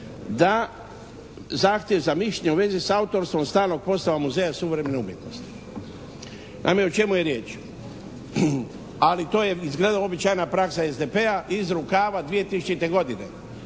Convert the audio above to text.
da zahtjev za mišljenje u vezi s autorstvom stalnog postava Muzeja suvremene umjetnosti. Naime o čemu je riječ? Ali to je izgleda uobičajena praksa SDP-a iz rukava 2000. godine